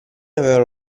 avevano